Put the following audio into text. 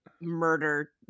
murder